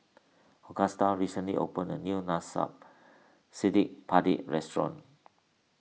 Agustus recently opened a new Cili Padi restaurant